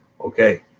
Okay